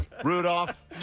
Rudolph